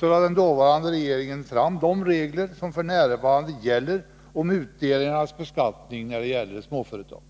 lade den dåvarande regeringen fram de regler som f. n. gäller för utdelningars beskattning när det är fråga om småföretag.